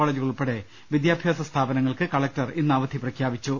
കോളേജുകൾ ഉൾപ്പെടെ വിദ്യാഭ്യാസ സ്ഥാപനങ്ങൾക്ക് കലക്ടർ ഇന്ന് അവധി പ്രഖ്യാപിച്ചു